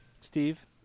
Steve